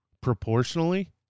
proportionally